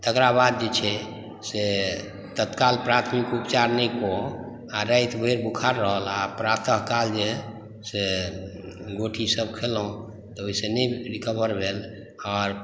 तकरा बाद जे छै से तत्काल प्राथमिक उपचार नहि कऽ आर राति भरि बुख़ार रहल आ प्रातः काल जे से गोटीसभ खेलहुँ ओहिसॅं नहि रिकवर भेल आर